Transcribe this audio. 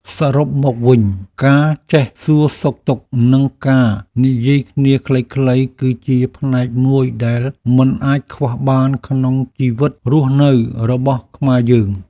សរុបមកវិញការចេះសួរសុខទុក្ខនិងការនិយាយគ្នាខ្លីៗគឺជាផ្នែកមួយដែលមិនអាចខ្វះបានក្នុងជីវិតរស់នៅរបស់ខ្មែរយើង។